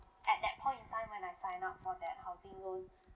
at that point in time when I sign up for that housing loan